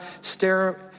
stare